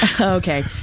Okay